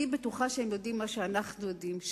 אני בטוחה שהם יודעים את מה שאנחנו יודעים,